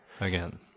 again